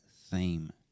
theme